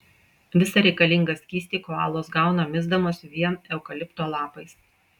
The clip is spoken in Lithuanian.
visą reikalingą skystį koalos gauna misdamos vien eukalipto lapais